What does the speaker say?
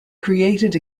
created